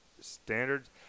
standards